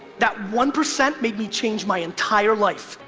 that one percent maybe changed my entire life.